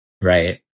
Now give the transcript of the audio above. Right